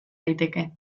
daiteke